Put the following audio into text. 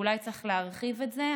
אולי צריך להרחיב את זה,